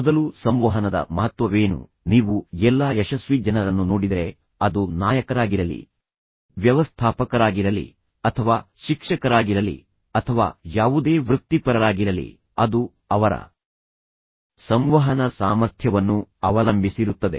ಮೊದಲು ಸಂವಹನದ ಮಹತ್ವವೇನು ನೀವು ಎಲ್ಲಾ ಯಶಸ್ವಿ ಜನರನ್ನು ನೋಡಿದರೆ ಅದು ನಾಯಕರಾಗಿರಲಿ ವ್ಯವಸ್ಥಾಪಕರಾಗಿರಲಿ ಅಥವಾ ಶಿಕ್ಷಕರಾಗಿರಲಿ ಅಥವಾ ಯಾವುದೇ ವೃತ್ತಿಪರರಾಗಿರಲಿ ಅದು ಅವರ ಸಂವಹನ ಸಾಮರ್ಥ್ಯವನ್ನು ಅವಲಂಬಿಸಿರುತ್ತದೆ